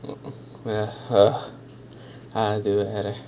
well !hais! they will have that